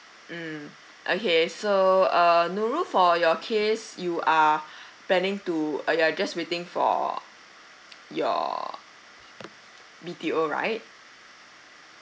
mm okay so uh nurul for your case you are planning to uh you are just waiting for your B_T_O right